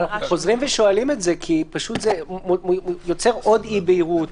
אנחנו חוזרים ושואלים את זה כי זה יוצר עוד אי בהירות,